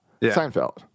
Seinfeld